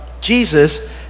Jesus